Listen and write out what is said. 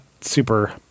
super